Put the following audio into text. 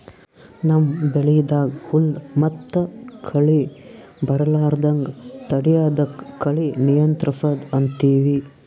ನಮ್ಮ್ ಬೆಳಿದಾಗ್ ಹುಲ್ಲ್ ಮತ್ತ್ ಕಳಿ ಬರಲಾರದಂಗ್ ತಡಯದಕ್ಕ್ ಕಳಿ ನಿಯಂತ್ರಸದ್ ಅಂತೀವಿ